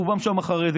רובם שם חרדים.